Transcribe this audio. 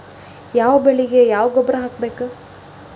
ಯಾವ ಬೆಳಿಗೆ ಯಾವ ಗೊಬ್ಬರ ಹಾಕ್ಬೇಕ್?